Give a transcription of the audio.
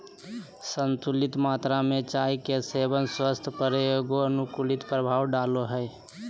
संतुलित मात्रा में चाय के सेवन स्वास्थ्य पर एगो अनुकूल प्रभाव डालो हइ